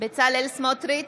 בצלאל סמוטריץ'